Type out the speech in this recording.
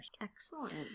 Excellent